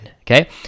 okay